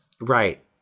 Right